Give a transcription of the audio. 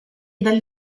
dal